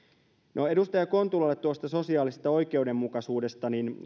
edustaja kontulalle sosiaalisesta oikeudenmukaisuudesta